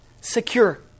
secure